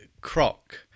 croc